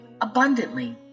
abundantly